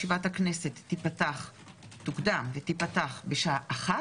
ישיבת הכנסת תוקדם ותיפתח בשעה 13:00,